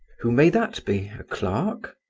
who may that be? a clerk?